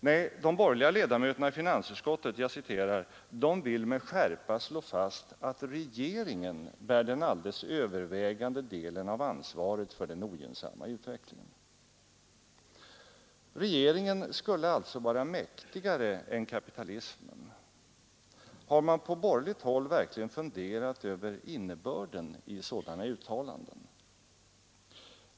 Nej, de borgerliga ledamöterna i finansutskottet ”vill med skärpa slå fast, att regeringen bär den alldeles övervägande delen av ansvaret för den ogynnsamma utvecklingen”. Regeringen skulle alltså vara mäktigare än kapitalismen. Har man på borgerligt håll verkligen funderat över innebörden i sådana uttalanden?